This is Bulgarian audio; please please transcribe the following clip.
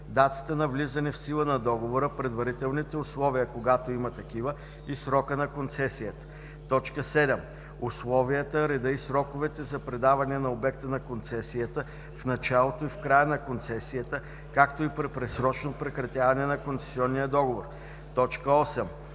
датата на влизане в сила на договора, предварителните условия, когато има такива, и срока на концесията; 7. условията, реда и сроковете за предаване на обекта на концесията в началото и в края на концесията, както и при предсрочно прекратяване на концесионния договор; 8.